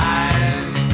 eyes